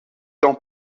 temps